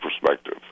perspective